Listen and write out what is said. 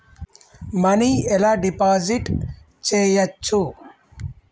Money ఎలా deposit చేయచ్చు?